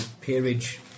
peerage